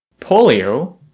Polio